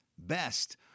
Best